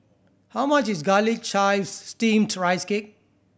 how much is Garlic Chives Steamed Rice Cake